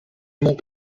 mógł